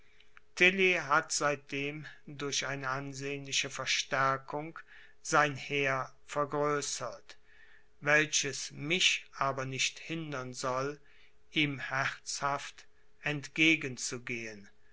hat seitdem durch eine ansehnliche verstärkung sein heer vergrößert welches mich aber nicht hindern soll ihm herzhaft entgegen